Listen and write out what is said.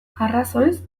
arrazoiz